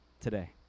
today